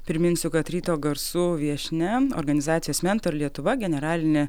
priminsiu kad ryto garsų viešnia organizacijos mentor lietuva generalinė